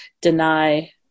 deny